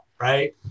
Right